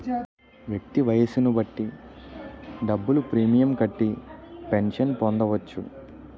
వ్యక్తి వయస్సును బట్టి డబ్బులు ప్రీమియం కట్టి పెన్షన్ పొందవచ్చు